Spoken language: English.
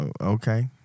Okay